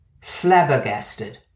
Flabbergasted